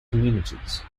communities